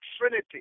Trinity